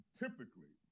typically